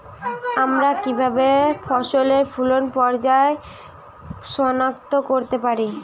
আমরা কিভাবে ফসলে ফুলের পর্যায় সনাক্ত করতে পারি?